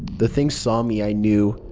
the thing saw me, i knew,